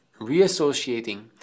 reassociating